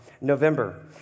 November